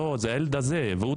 זה בגלל הילד שדחף,